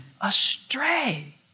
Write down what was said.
astray